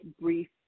brief